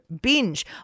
Binge